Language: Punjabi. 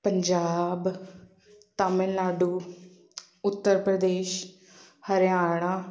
ਪੰਜਾਬ ਤਾਮਿਲਨਾਡੂ ਉੱਤਰ ਪ੍ਰਦੇਸ਼ ਹਰਿਆਣਾ